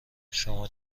شما